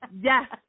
yes